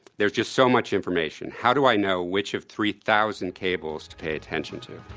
there's just so much information. how do i know which of three thousand cables to pay attention to?